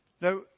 Now